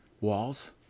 walls